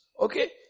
Okay